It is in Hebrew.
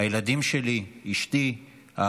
הילדים שלי, אשתי, האחים שלי